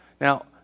Now